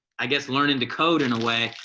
i guess learning to code in a way.